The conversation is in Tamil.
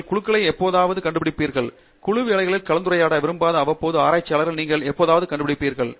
நீங்கள் குழுக்களை எப்போதாவது கண்டுபிடிப்பீர்கள் குழு வேலைகளில் கலந்துகொள்ள விரும்பாத அவ்வப்போது ஆராய்ச்சியாளரை நீங்கள் எப்போதாவது கண்டுபிடிப்பீர்கள்